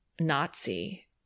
Nazi